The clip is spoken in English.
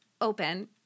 Open